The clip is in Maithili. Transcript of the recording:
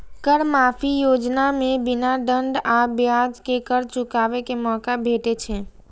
कर माफी योजना मे बिना दंड आ ब्याज के कर चुकाबै के मौका भेटै छै